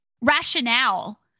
rationale